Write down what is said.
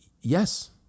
yes